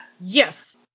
Yes